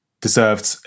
deserved